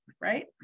right